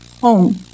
home